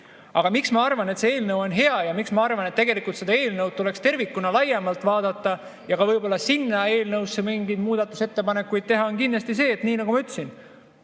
Aga miks ma arvan, et see eelnõu on hea, ja miks ma arvan, et seda eelnõu tuleks tervikuna laiemalt vaadata ja võib-olla sinna eelnõusse ka mingeid muudatusettepanekuid teha, on kindlasti see, et nii nagu ma ütlesin,